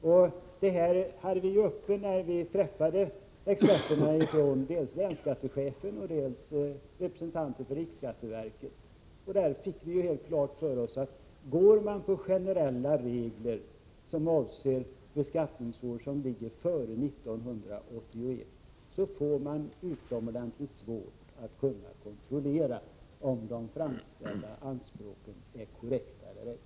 Och detta hade vi uppe när vi träffade experterna — dels länsskattechefen, dels representanter för riksskatteverket. Vi fick då klart för oss, att om man använder sig av generella regler, som avser beskattningsår före 1981, får man utomordentligt svårt att kontrollera om de framställda anspråken är korrekta eller inte.